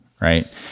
right